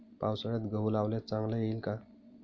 पावसाळ्यात गहू लावल्यास चांगला येईल का?